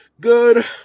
Good